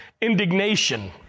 indignation